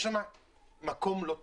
יש שם מקום לא תקני,